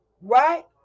right